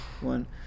one